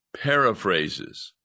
paraphrases